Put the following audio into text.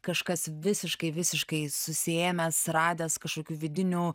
kažkas visiškai visiškai susiėmęs radęs kažkokių vidinių